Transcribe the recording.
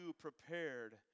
prepared